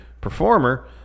performer